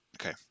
Okay